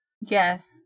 Yes